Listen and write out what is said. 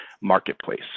marketplace